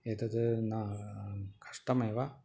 एतद् न कष्टमेव